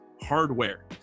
hardware